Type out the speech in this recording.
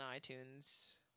iTunes